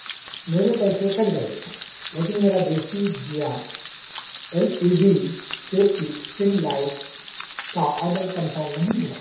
میرے پیسے کٹ گئے لیکن میرا دیسی دیا ایل اِی ڈی شیپ کی اسٹرنگ لائٹس کا آرڈر کنفرم نہیں ہوا